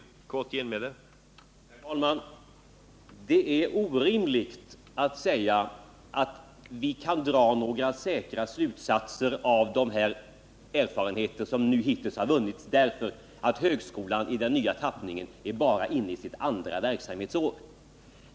Herr talman! Det är orimligt att säga att vi kan dra säkra slutsatser av de erfarenheter som hittills vunnits. Högskolan i den nya tappningen är bara inne på sitt andra verksamhetsår.